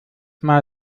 mal